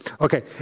okay